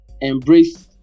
embrace